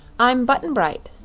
i'm button-bright,